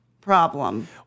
problem